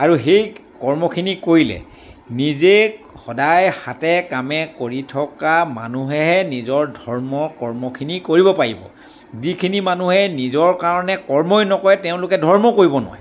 আৰু সেই কৰ্মখিনি কৰিলে নিজে সদায় হাতে কামে কৰি থকা মানুহেহে নিজৰ ধৰ্ম কৰ্মখিনি কৰিব পাৰিব যিখিনি মানুহে নিজৰ কাৰণে কৰ্মই নকৰে তেওঁলোকে ধৰ্মও কৰিব নোৱাৰে